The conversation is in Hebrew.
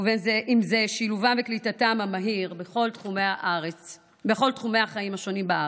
ובין אם זה שילובם וקליטתם במהירות בכל תחומי החיים השונים בארץ.